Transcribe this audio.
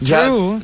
True